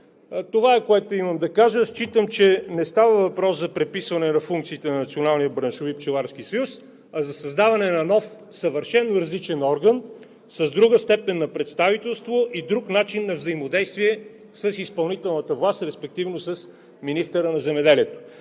Това е, което имам да кажа. Считам, че не става въпрос за преписване на функциите на Националния браншови пчеларски съюз, а за създаване на нов съвършено различен орган, с друга степен на представителство и друг начин на взаимодействие с изпълнителната власт, респективно с министъра на земеделието.